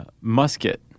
musket